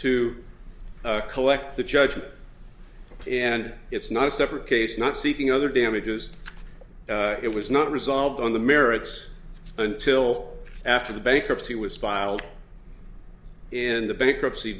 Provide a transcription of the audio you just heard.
to collect the judgment and it's not a separate case not seeking other damages it was not resolved on the merits until after the bankruptcy was filed in the bankruptcy